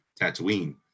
Tatooine